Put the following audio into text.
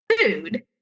food